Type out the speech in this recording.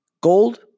gold